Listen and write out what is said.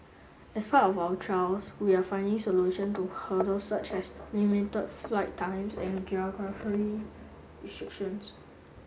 as part of our trials we are finding solution to hurdles such as limited flight times and geographical restrictions